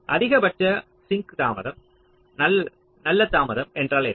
அதிக பட்ச சிங்க் தாமதம் நல்ல தாமதம் என்றால் என்ன